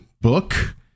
book